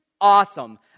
Awesome